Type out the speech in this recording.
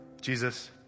Jesus